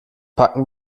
packen